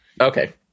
Okay